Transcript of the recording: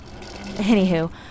Anywho